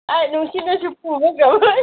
ꯑꯥꯏ ꯅꯨꯡꯁꯤꯠꯅꯁꯨ ꯄꯨꯕ ꯉꯝꯂꯣꯏ